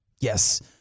yes